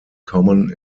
common